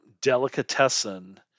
delicatessen